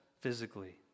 physically